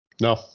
No